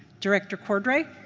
director cordray?